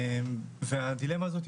והדילמה הזאתי,